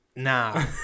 nah